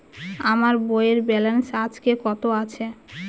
আমার বইয়ের ব্যালেন্স আজকে কত আছে?